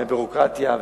מהביורוקרטיה,